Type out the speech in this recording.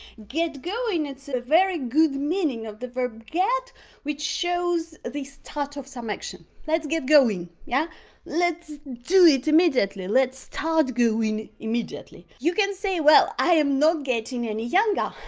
get going it's a very good meaning of the verb get which shows the start of some action. let's get going yeah let's do it immediately, let's start going immediately. you can say well, i am not getting any younger'.